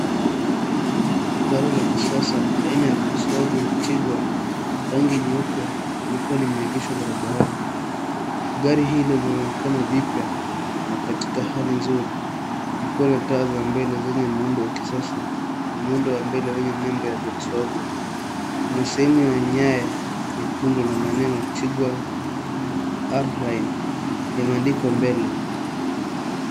Gari la kisasa aina ya Volkswagen Tiguan rangi nyeupe likiwa limeegeshwa barabarani. Gari hilo linaonekana jipya na katika hali nzuri likiwa na taa za mbele zinazo zenye muundo wa kisasa na muundo wa mbele yenye nembo ya Volkswagen. Kuna sehemu ya nyaya nyekundu na maneno Tiguan Arime yameandikwa mbele.